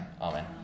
Amen